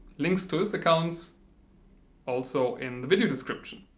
links to his accounts also in the video description.